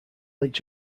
each